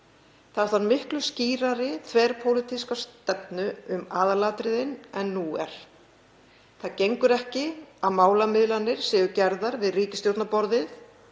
Það þarf miklu skýrari þverpólitíska stefnu um aðalatriðin en nú er. Það gengur ekki að málamiðlanir séu gerðar við ríkisstjórnarborðið